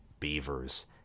beavers